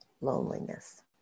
loneliness